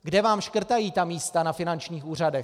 Kde vám škrtají ta místa na finančních úřadech?